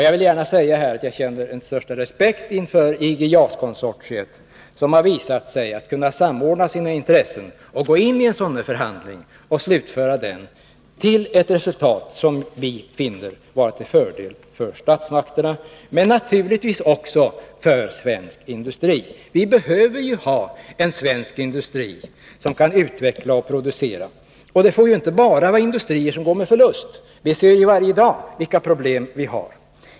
Jag vill gärna säga att jag känner den största respekt för IG JAS konsortiet, som har visat sig kunna samordna sina intressen och gå in i en sådan förhandling och slutföra den till ett resultat som vi finner vara till fördel för statsmakterna, men naturligtvis också för svensk industri. Vi behöver ha en svensk industri som kan utveckla och producera. Det får inte bara finnas industrier som går med förlust. Vi ser ju varje dag vilka problem som finns.